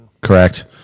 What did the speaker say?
correct